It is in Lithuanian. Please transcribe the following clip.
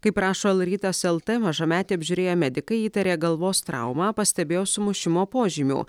kaip rašo el rytas el t eltai mažametę apžiūrėję medikai įtarė galvos traumą pastebėjo sumušimo požymių